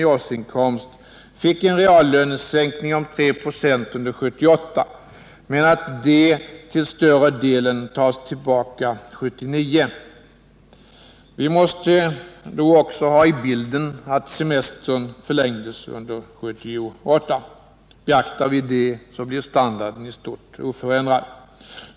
i årsinkomst fick en reallönesänkning på 3 96 under 1978 men att detta till större delen tas tillbaka 1979. Vi måste också ta med i bilden att semestern förlängdes under 1978. Beaktar vi det blev standarden i stort sett oförändrad.